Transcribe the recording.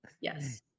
Yes